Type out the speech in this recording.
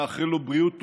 שנאחל לו בריאות טובה,